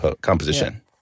composition